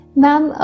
ma'am